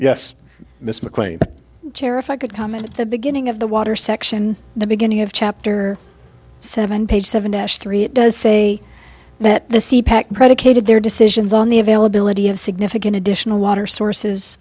yes miss maclay but terrify could come at the beginning of the water section the beginning of chapter seven page seventy three it does say that the sea pact predicated their decisions on the availability of significant additional water sources